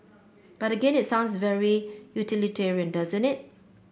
but again it sounds very utilitarian doesn't it